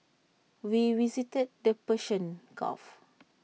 we visited the Persian gulf